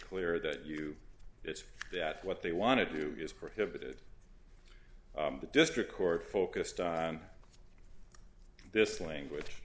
clear that you it's that what they want to do is prohibited the district court focused on this language